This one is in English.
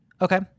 Okay